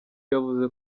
yavuze